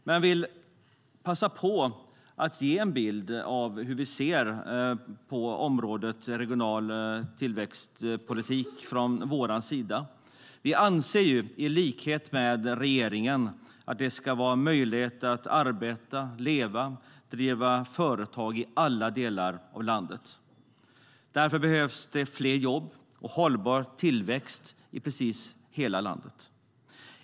Jag vill ändå passa på att ge en bild av hur vi från vår sida ser på området regional tillväxtpolitik. Vi anser i likhet med regeringen att det ska vara möjligt att arbeta, leva och driva företag i alla delar av landet. Därför behövs det fler jobb och hållbar tillväxt i precis hela landet.